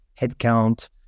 headcount